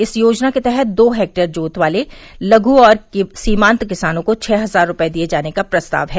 इस योजना के तहत दो हेक्टेयर जोत वाले लघु और सीमांत किसानों को छह हजार रुपये दिये जाने का प्रस्ताव है